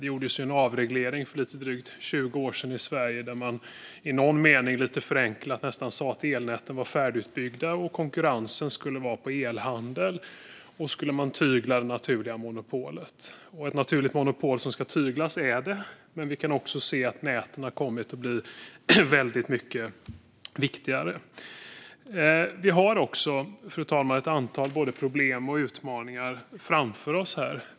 Det gjordes ju en avreglering för lite drygt 20 år sedan i Sverige, där man i någon mening lite förenklat sa att elnäten var färdigutbyggda och att konkurrensen skulle vara på elhandel. Så skulle man tygla det naturliga monopolet, och ett naturligt monopol som ska tyglas är det. Men vi kan också se att näten har kommit att bli väldigt mycket viktigare. Vi har också, fru talman, ett antal både problem och utmaningar framför oss.